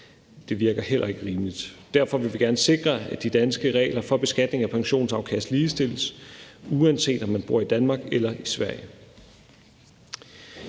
Det virker heller ikke rimeligt. Derfor vil vi gerne sikre, at de danske regler for beskatning af pensionsafkast ligestilles, uanset om man bor i Danmark eller i Sverige.